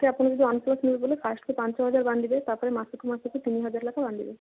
first ଆପଣଙ୍କୁ OnePlus ମିଳିବ ବୋଲେ ଫାର୍ଷ୍ଟ୍ ପାଞ୍ଚହଜାର ବାନ୍ଧିବେ ତାପରେ ମାସକୁ ମାସ ତିନିହଜାର ବାନ୍ଧିବେ